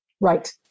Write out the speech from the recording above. Right